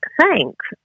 Thanks